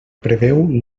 preveu